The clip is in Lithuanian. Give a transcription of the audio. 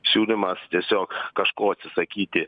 siūlymas tiesiog kažko atsisakyti